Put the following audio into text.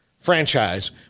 franchise